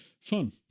Fun